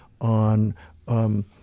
on –